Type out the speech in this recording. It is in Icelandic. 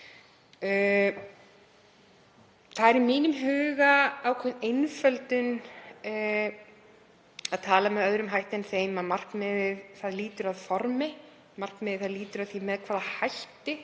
Það er í mínum huga ákveðin einföldun að tala með öðrum hætti en þeim að markmiðið lúti að formi. Það lýtur að því með hvaða hætti